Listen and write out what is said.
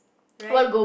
right